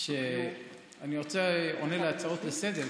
כשאני עונה להצעות לסדר-היום,